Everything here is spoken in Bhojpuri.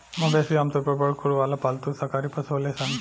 मवेशी आमतौर पर बड़ खुर वाला पालतू शाकाहारी पशु होलेलेन